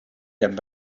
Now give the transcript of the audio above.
him